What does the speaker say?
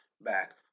back